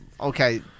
Okay